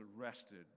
arrested